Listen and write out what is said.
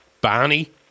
Barney